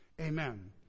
Amen